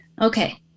okay